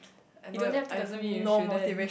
you don't have to doesn't mean you shouldn't